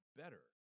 better